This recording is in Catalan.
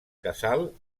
casal